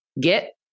get